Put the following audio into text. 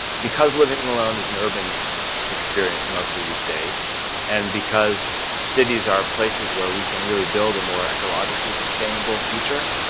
because living alone is an urban experience mostly these days and because cities are places where we can really build a more ecologically sustainable future,